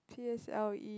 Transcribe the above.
p_s_l_e